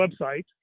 website